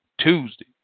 Tuesday